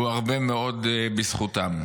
הוא הרבה מאוד בזכותם.